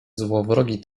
złowrogi